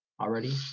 already